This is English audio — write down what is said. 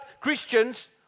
Christians